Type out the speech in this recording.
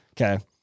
Okay